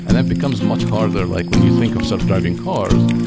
and that becomes much harder like when you think of self-driving cars,